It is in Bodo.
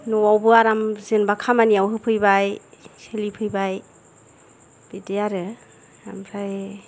न'आवबो आराम जेनोबा खामानियाव होफैबाय सोलिफैबाय बिदि आरो ओमफ्राय